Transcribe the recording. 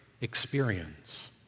experience